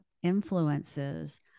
influences